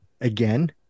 Again